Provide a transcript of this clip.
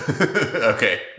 Okay